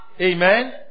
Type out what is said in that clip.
Amen